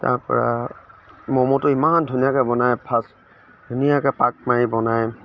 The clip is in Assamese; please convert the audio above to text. তাৰ পৰা ম'ম'টো ইমান ধুনীয়াকৈ বনায় ফাচ ধুনীয়াকৈ পাক মাৰি বনায়